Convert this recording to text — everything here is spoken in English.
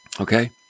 Okay